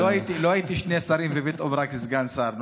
אני לא הייתי שני שרים ופתאום רק סגן שר.